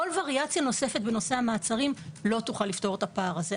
כל וריאציה נוספת בנושא המעצרים לא תוכל לפתור את הפער הזה.